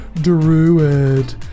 druid